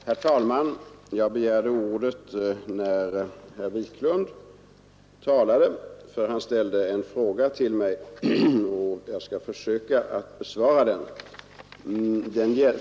Herr talman! Jag begärde ordet, när herr Wiklund i Stockholm ställde en fråga till mig; jag skall försöka att besvara den.